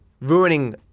ruining